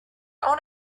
own